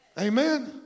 Amen